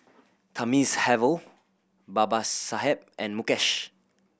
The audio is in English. Thamizhavel Babasaheb and Mukesh